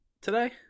today